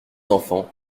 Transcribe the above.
enfants